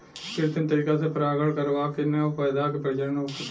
कृत्रिम तरीका से परागण करवा के न्या पौधा के प्रजनन होखता